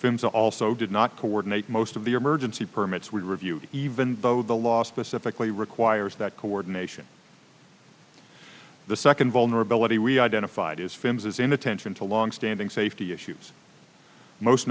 finn's also did not coordinate most of the emergency permits we review even though the law specifically requires that coordination the second vulnerability we identified as fans is inattention to longstanding safety issues most